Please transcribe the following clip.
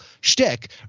shtick